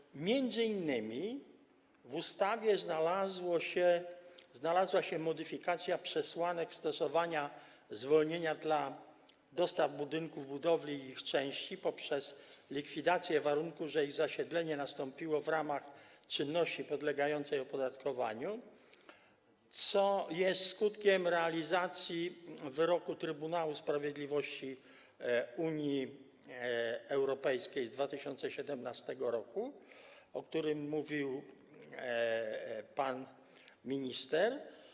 W ustawie m.in. znalazła się modyfikacja przesłanek stosowania zwolnienia dla dostaw budynków, budowli i ich części poprzez likwidację warunku, że ich zasiedlenie nastąpiło w ramach czynności podlegającej opodatkowaniu, co jest skutkiem realizacji wyroku Trybunału Sprawiedliwości Unii Europejskiej z 2017 r., o którym mówił pan minister.